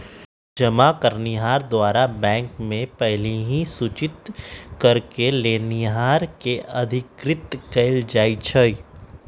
जमा करनिहार द्वारा बैंक के पहिलहि सूचित करेके लेनिहार के अधिकृत कएल जाइ छइ